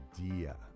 idea